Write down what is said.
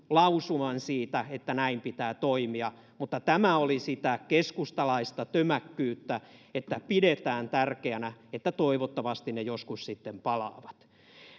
lausuman siitä että näin pitää toimia mutta tämä oli sitä keskustalaista tömäkkyyttä että pidetään tärkeänä että toivottavasti ne joskus sitten palaavat